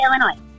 Illinois